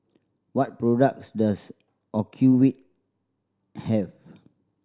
what products does Ocuvite have